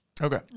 Okay